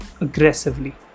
aggressively